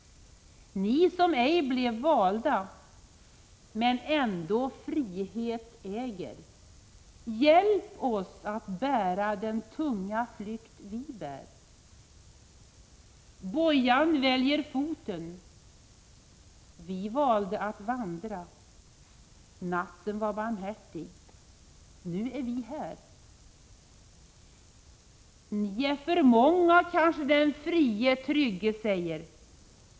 Ni som ej blev valda — men ändå frihet äger, hjälp oss att bära den tunga flykt vi bär! Bojan väljer foten. Vi valde att vandra. Natten var barmhärtig. Nu är vi här. Ni är för många, kanske den frie trygge säger.